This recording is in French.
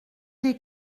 des